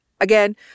Again